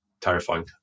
terrifying